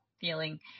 feeling